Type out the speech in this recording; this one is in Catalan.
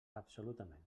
absolutament